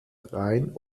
rein